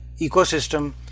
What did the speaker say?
ecosystem